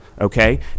okay